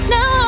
Now